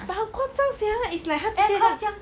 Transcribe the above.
but 很夸张 sia it's like 这样